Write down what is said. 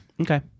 Okay